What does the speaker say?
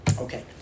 Okay